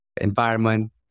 environment